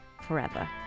forever